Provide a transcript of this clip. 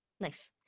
nice